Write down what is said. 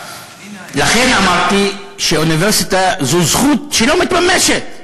לכן אמרתי שאוניברסיטה היא זכות שלא מתממשת,